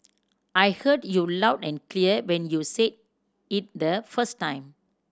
I heard you loud and clear when you said it the first time